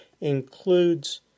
includes